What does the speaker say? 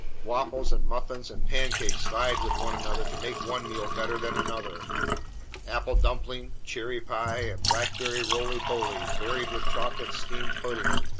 waffles and muffins and pancakes vied with one another to make one meal better than another apple dumpling, cherry pie, and blackberry roly-poly varied with chocolate steamed pudding,